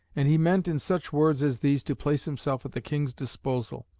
and he meant in such words as these to place himself at the king's disposal,